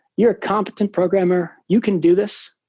you're a competent programmer. you can do this,